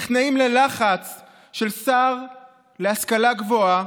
נכנעים ללחץ של השר להשכלה גבוהה,